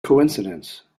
coincidence